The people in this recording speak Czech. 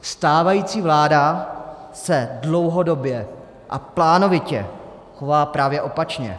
Stávající vláda se dlouhodobě a plánovitě chová právě opačně.